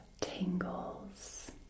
tingles